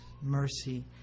mercy